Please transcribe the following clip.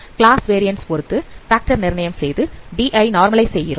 class variance பொருத்து factor நிர்ணயம் செய்து D ஐ நார்மல்ஐஸ் செய்கிறோம்